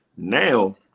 Now